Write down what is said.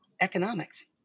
economics